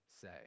say